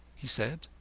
he said.